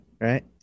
right